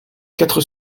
quatre